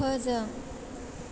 फोजों